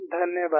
धन्यवाद